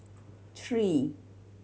three